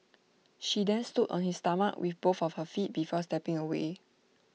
she then stood on his stomach with both of her feet before stepping away